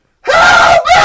Help